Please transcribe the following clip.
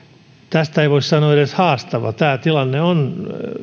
tästä ei voi sanoa edes haastava tämä tilanne on